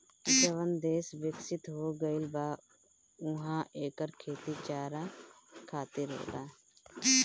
जवन देस बिकसित हो गईल बा उहा एकर खेती चारा खातिर होला